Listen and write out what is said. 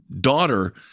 daughter